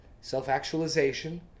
self-actualization